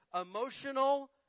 emotional